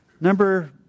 number